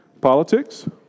politics